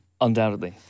Undoubtedly